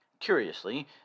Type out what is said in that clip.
Curiously